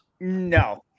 No